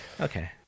okay